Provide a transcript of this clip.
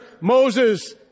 Moses